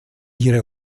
ihre